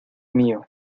mío